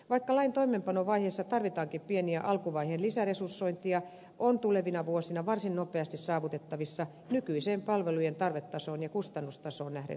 vaikka lain toimeenpanovaiheessa tarvitaankin pieniä alkuvaiheen lisäresursointeja on tulevina vuosina varsin nopeasti saavutettavissa nykyiseen palvelujen tarvetasoon ja kustannustasoon nähden säästöjä